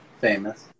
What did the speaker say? famous